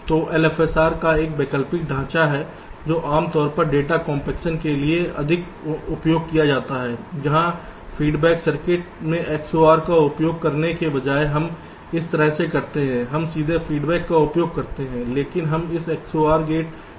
तो LFSR का एक वैकल्पिक ढांचा है जो आमतौर पर डेटा कॉम्पेक्शन के लिए अधिक उपयोग किया जाता है जहां फीडबैक सर्किट में XOR का उपयोग करने के बजाय हम इस तरह से करते हैं हम सीधे फीडबैक का उपयोग करते हैं लेकिन हम इस XOR गेट का उपयोग बीच में कहीं कर सकते हैं